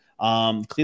Cleveland